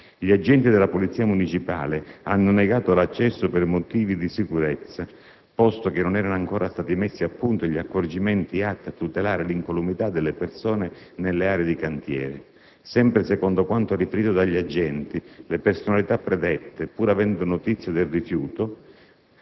Gli agenti della Polizia municipale hanno negato l'accesso per motivi di sicurezza, posto che non erano ancora stati messi a punto gli accorgimenti atti a tutelare l'incolumità delle persone nelle aree di cantiere. Sempre secondo quanto riferito dagli agenti, le personalità predette, pur avuta notizia del rifiuto,